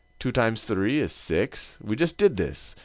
two times three is six. we just did this.